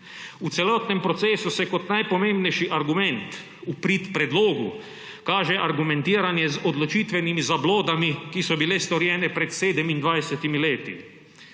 V celotnem procesu se kot najpomembnejši argument v prid predlogu kaže argumentiranje z odločitvenimi zablodami, ki so bile storjene pred 27 leti.